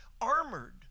armored